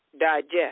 Digest